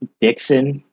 Dixon